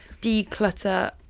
declutter